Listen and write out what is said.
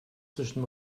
zwischen